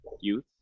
youth